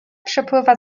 przepływa